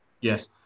Yes